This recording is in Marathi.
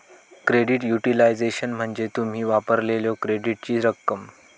क्रेडिट युटिलायझेशन म्हणजे तुम्ही वापरलेल्यो क्रेडिटची रक्कम